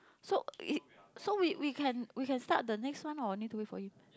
so is so we we can we can start the next one or need to wait for him